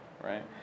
right